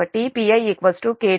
7 అని తెలుసు